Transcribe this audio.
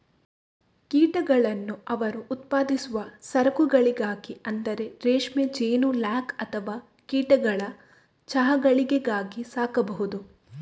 ಕೀಟಗಳನ್ನು ಅವರು ಉತ್ಪಾದಿಸುವ ಸರಕುಗಳಿಗಾಗಿ ಅಂದರೆ ರೇಷ್ಮೆ, ಜೇನು, ಲ್ಯಾಕ್ ಅಥವಾ ಕೀಟಗಳ ಚಹಾಗಳಿಗಾಗಿ ಸಾಕಬಹುದು